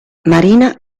marina